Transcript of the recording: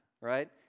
right